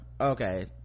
Okay